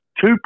Two